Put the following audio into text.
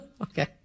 Okay